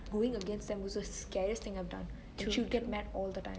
going against them is the scariest thing I have done and she would get mad all the time